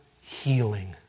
healing